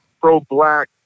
pro-black